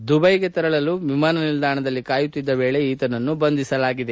ದುಬೈಗೆ ತೆರಳಲು ವಿಮಾನನಿಲ್ದಾಣದಲ್ಲಿ ಕಾಯುತ್ತಿದ್ದ ವೇಳೆ ಈತನನ್ನು ಬಂಧಿಸಲಾಗಿದೆ